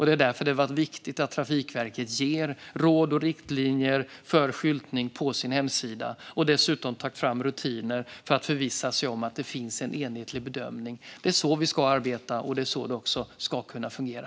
Det är därför det är viktigt att Trafikverket ger råd och riktlinjer för skyltning på sin hemsida och dessutom tar fram rutiner för att förvissa sig om att det sker en enhetlig bedömning. Det är så vi ska arbeta, och det är så det ska fungera.